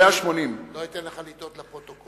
זה 180. לא אתן לך לטעות לפרוטוקול.